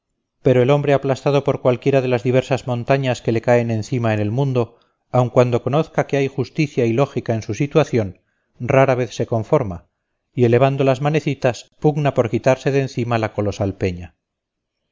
pero el hombre aplastado por cualquiera de las diversas montañas que le caen encima en el mundo aun cuando conozca que hay justicia y lógica en su situación rara vez se conforma y elevando las manecitas pugna por quitarse de encima la colosal peña